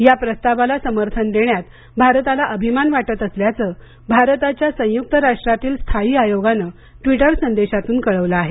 या प्रस्तावाला समर्थन देण्यात भारताला अभिमान वाटत असल्याचं भारताच्या संयुक्त राष्ट्रातील स्थायी आयोगाने ट्विटर संदेशातून कळवलं आहे